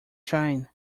shine